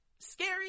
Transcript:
Scary